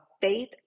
faith